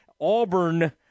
Auburn